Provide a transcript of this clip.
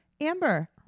Amber